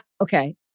Okay